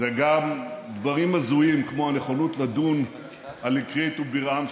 זה גם דברים הזויים כמו הנכונות לדון על איקרית ובירעם,